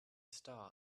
star